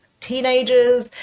teenagers